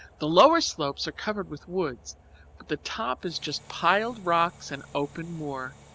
the lower slopes are covered with woods, but the top is just piled rocks and open moor.